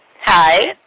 Hi